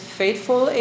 faithful